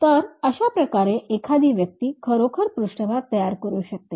तर अशा प्रकारे एखादी व्यक्ती खरोखर पृष्ठभाग तयार करू शकते